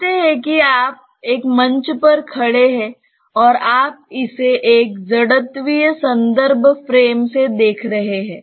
कहते हैं कि आप एक मंच पर खड़े हैं और आप इसे एक जड़त्वीय संदर्भ फ्रेम से देख रहे हैं